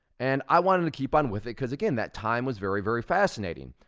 and i wanted to keep on with it cause again, that time was very, very fascinating,